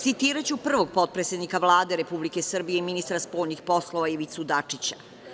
Citiraću prvog potpredsednika Vlade Republike Srbije i ministra spoljnih poslova Ivicu Dačića.